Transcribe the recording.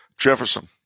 Jefferson